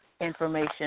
information